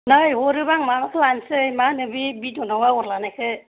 नै हरोबा आं माबाखौ लानसै मा होनो बे बिदनाव आगर लानायखौ